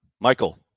Michael